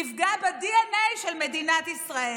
תפגע בדנ"א של מדינת ישראל.